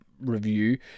review